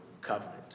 covenant